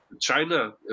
China